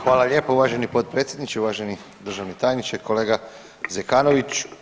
Hvala lijepo uvaženi potpredsjedniče, uvaženi državni tajniče, kolega Zekanović.